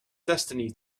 destiny